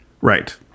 right